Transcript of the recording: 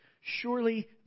surely